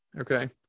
okay